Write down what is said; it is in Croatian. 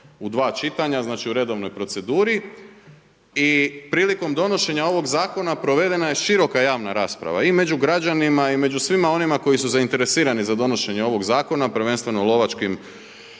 u dva čitanja znači, u redovnoj proceduri. I prilikom donošenja ovoga zakona provedena je široka javna rasprava i među građanima, i među svima onima koji su zainteresirani za donošenje ovoga zakona, prvenstveno u Lovačkom